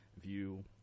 view